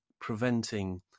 preventing